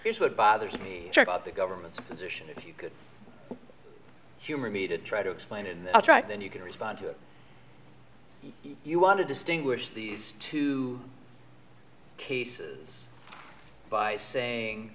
here's what bothers me about the government's position if you could humor me to try to explain it in the truck then you can respond to it you want to distinguish these two cases by saying